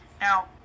Now